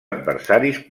adversaris